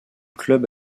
club